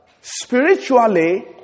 spiritually